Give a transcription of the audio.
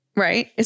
right